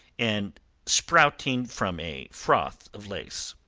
and sprouting from a froth of lace.